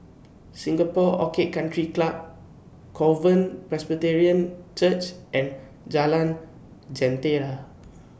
Singapore Orchid Country Club Covenant Presbyterian Church and Jalan Jentera